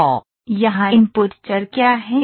तो यहाँ इनपुट चर क्या हैं